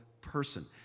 person